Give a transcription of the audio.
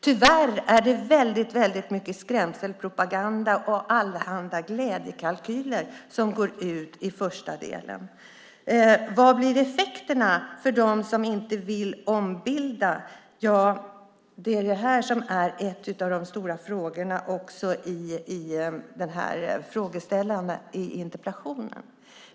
Tyvärr är det väldigt mycket skrämselpropaganda och allehanda glädjekalkyler som går ut i det första skedet. Vad blir effekterna för dem som inte vill ombilda? Det är en av de stora frågorna i interpellationen.